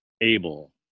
able